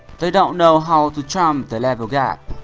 they don't know how to jump the level gap.